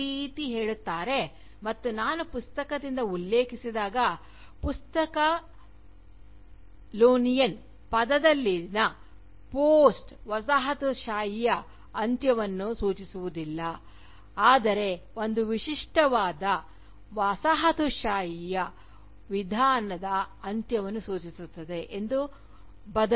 ಅವರು ಈ ರೀತಿ ಹೇಳುತ್ತಾರೆ ಮತ್ತು ನಾನು ಪುಸ್ತಕದಿಂದ ಉಲ್ಲೇಖಿಸಿದಾಗ "ಪುಸ್ತಕಲೋನಿಯಲ್" ಪದದಲ್ಲಿನ "ಪೋಸ್ಟ್" ವಸಾಹತುಶಾಹಿಯ ಅಂತ್ಯವನ್ನು ಸೂಚಿಸುವುದಿಲ್ಲ ಆದರೆ ಒಂದು ವಿಶಿಷ್ಟವಾದ ವಸಾಹತುಶಾಹಿಯ ವಿಧಾನದ ಅಂತ್ಯವನ್ನು ಸೂಚಿಸುತ್ತದೆ